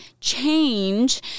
change